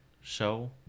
show